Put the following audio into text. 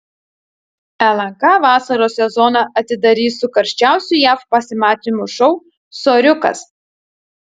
lnk vasaros sezoną atidarys su karščiausiu jav pasimatymų šou soriukas